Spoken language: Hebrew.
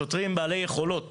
שוטרים בעלי יכולות